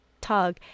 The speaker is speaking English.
tug